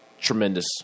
tremendous